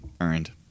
earned